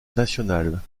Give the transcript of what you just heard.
nationale